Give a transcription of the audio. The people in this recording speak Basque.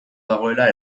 dagoela